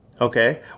Okay